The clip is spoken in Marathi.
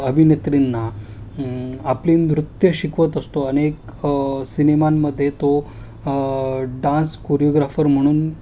अभिनेत्रींना आपली नृत्य शिकवत असतो अनेक सिनेमांमध्ये तो डान्स कोरिओग्राफर म्हणून